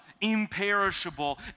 imperishable